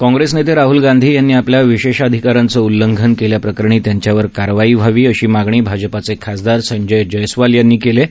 काँग्रेस नेते राहल गांधी यांनी आपल्या विशेषाधिकारांचं उल्लंघन केल्याप्रकरणी त्यांच्यावर कारवाई व्हावी अशी मागणी भाजपाचे खासदार संजय जयस्वाल यांनी केली आहे